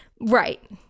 Right